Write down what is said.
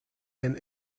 and